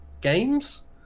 Games